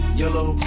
yellow